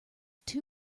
too